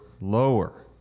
lower